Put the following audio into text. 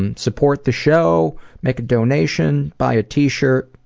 and support the show make a donation, buy a t shirt,